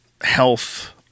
health